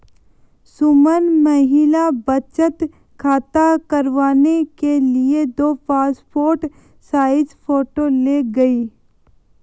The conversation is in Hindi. सुमन महिला बचत खाता करवाने के लिए दो पासपोर्ट साइज फोटो ले गई